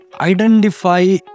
identify